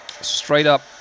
straight-up